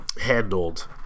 handled